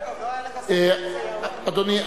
------ אדוני,